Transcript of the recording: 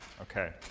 okay